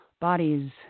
bodies